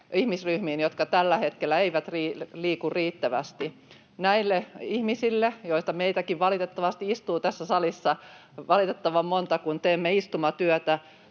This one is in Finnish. ihmisryhmiin, jotka tällä hetkellä eivät liiku riittävästi. Näille ihmisille, joita meitäkin valitettavasti istuu tässä salissa valitettavan monta, kun teemme istumatyötä,